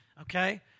Okay